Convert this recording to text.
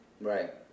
Right